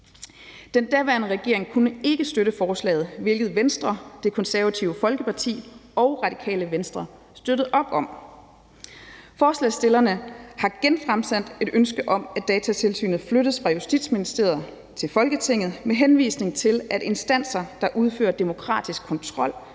Den daværende regering kunne ikke støtte forslaget, hvilket Venstre, Det Konservative Folkeparti og Radikale Venstre støttede op om. Forslagsstillerne har genfremsat et ønske om, at Datatilsynet flyttes fra Justitsministeriet til Folketinget, med henvisning til at instanser, der udfører demokratisk kontrol,